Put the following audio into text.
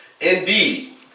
Indeed